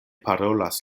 parolas